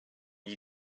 you